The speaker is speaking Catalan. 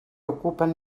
ocupen